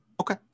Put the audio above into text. Okay